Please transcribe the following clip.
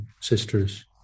sisters